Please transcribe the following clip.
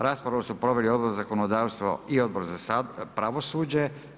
Raspravu su proveli Odbor za zakonodavstvo i Odbor za pravosuđe.